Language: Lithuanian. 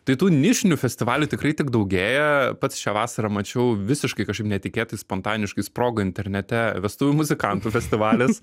tai tu nišinių festivalių tikrai tik daugėja pats šią vasarą mačiau visiškai kažkaip netikėtai spontaniškai sprogo internete vestuvių muzikantų festivalis